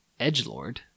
Edgelord